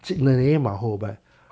ji ni e ma ho but